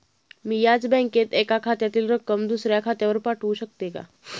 मी याच बँकेत एका खात्यातील रक्कम दुसऱ्या खात्यावर पाठवू शकते का?